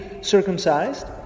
circumcised